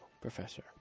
professor